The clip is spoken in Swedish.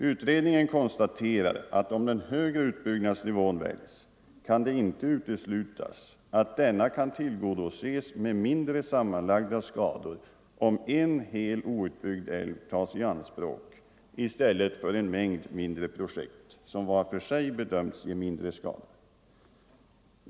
Utredningen konstaterar att om den högre utbyggnadsnivån väljs kan det inte uteslutas att denna kan tillgodoses med mindre sammanlagda skador därest en hel outbyggd älv tas i anspråk i stället för en mängd mindre projekt, som var för sig bedömts ge mindre skador.